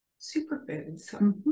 superfoods